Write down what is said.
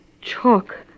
chalk